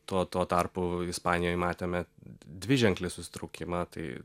tuo tuo tarpu ispanijoj matėme dviženklį susitraukimą tai